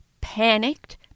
panicked